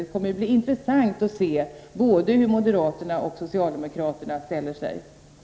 Det skall bli intressant att se hur moderaterna och socialdemokraterna ställer sig till dessa saker.